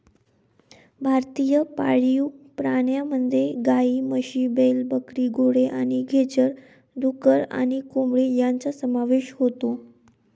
भारतीय पाळीव प्राण्यांमध्ये गायी, म्हशी, बैल, बकरी, घोडे आणि खेचर, डुक्कर आणि कोंबडी यांचा समावेश होतो